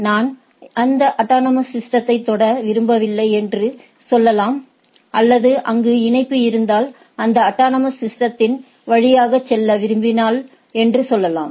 நான் அந்த அட்டானமஸ் சிஸ்டதை தொட விரும்பவில்லை என்று சொல்லலாம் அல்லது அங்கு இணைப்பு இருந்தால் அந்த அட்டானமஸ் சிஸ்டதின் வழியாக செல்ல விரும்புகிறேன் என்று சொல்லலாம்